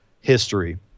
history